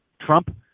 Trump